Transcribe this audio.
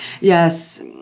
Yes